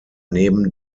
neben